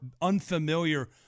unfamiliar